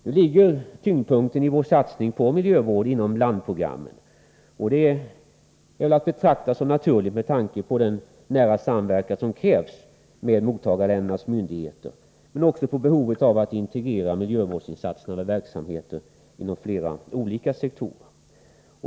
Nu ligger tyngdpunkten i vår satsning på miljövård inom landprogrammen, och det är väl att betrakta som naturligt med tanke på den nära samverkan som krävs med mottagarländernas myndigheter men också med hänsyn till behovet av att kunna integrera miljövårdsinsatserna med verksamheter inom flera olika sektorer.